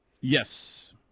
Yes